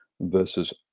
versus